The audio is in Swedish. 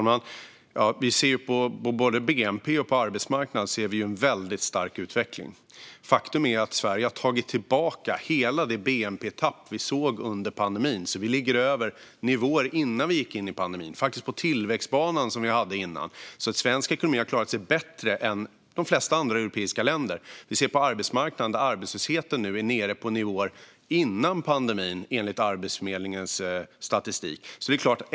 Fru talman! Vi ser en väldigt stark utveckling av både bnp och arbetsmarknad. Faktum är att Sverige har tagit tillbaka hela det bnp-tapp vi såg under pandemin. Vi ligger över vår nivå innan pandemin och ligger faktiskt på den tillväxtbana som vi hade innan. Svensk ekonomi har klarat sig bättre än ekonomin i de flesta andra europeiska länder. Arbetslösheten är nu nere på samma nivåer som före pandemin, enligt Arbetsförmedlingens statistik.